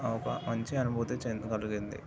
ఒక మంచి అనుభూతి చెంది కలిగింది